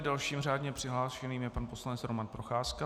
Dalším řádně přihlášeným je pan poslanec Roman Procházka.